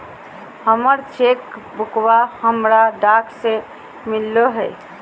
हमर चेक बुकवा हमरा डाक से मिललो हे